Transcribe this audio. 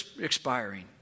expiring